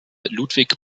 ludwig